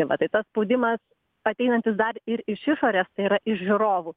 tai va tai tas spaudimas ateinantis dar ir iš išorės tai yra iš žiūrovų